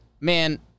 man